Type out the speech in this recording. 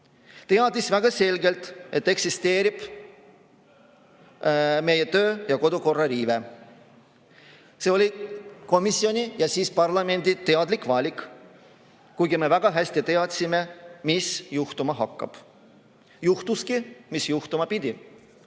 teadis väga selgelt, et eksisteerib meie töö- ja kodukorra riive. See oli komisjoni ja parlamendi teadlik valik, kuigi me väga hästi teadsime, mis juhtuma hakkab. Juhtuski see, mis juhtuma pidi.